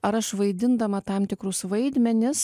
ar aš vaidindama tam tikrus vaidmenis